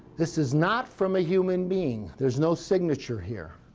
this is not from a human being. there's no signature here.